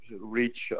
reach